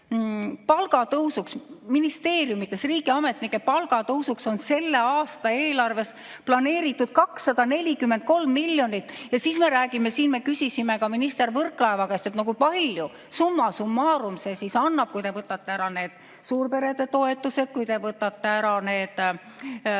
palgatõusuks ministeeriumides, riigiametnike palga tõusuks, on selle aasta eelarves planeeritud 243 miljonit. Ja siis me räägime siin, me küsisime ka minister Võrklaeva käest, et kui paljusumma summarumsee annab, kui te võtate ära need suurperede toetused, kui te võtate ära need